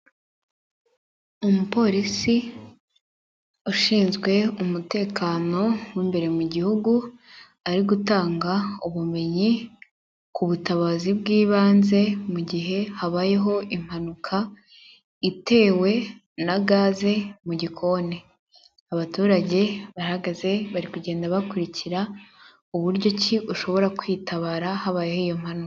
Umupolisi ushinzwe umutekano mo imbere mu gihugu, ari gutanga ubumenyi ku butabazi bw'ibanze mu gihe habayeho impanuka itewe na gaze mu gikoni, abaturage barahagaze bari kugenda bakurikira, uburyo ki ushobora kwitabara habayeho iyo mpanu...